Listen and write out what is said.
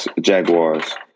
Jaguars